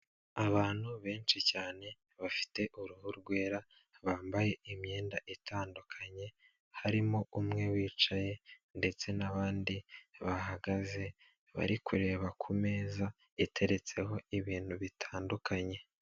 Abantu benshi cyane, bafite uruhu rwera, bambaye imyenda itandukanye, harimo umwe wicaye ndetse n'abandi bahagaze, bari kureba ku meza, iteretseho ibintu bitandukanye...